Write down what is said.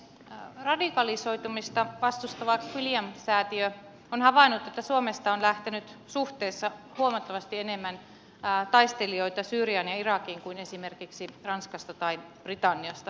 radikalisoitumista vastustava quilliam säätiö on havainnut että suomesta on lähtenyt suhteessa huomattavasti enemmän taistelijoita syyriaan ja irakiin kuin esimerkiksi ranskasta tai britanniasta